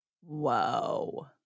Whoa